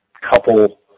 couple